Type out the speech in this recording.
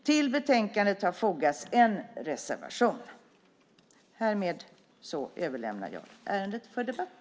Till betänkandet har fogats en reservation. Härmed överlämnar jag ärendet för debatt!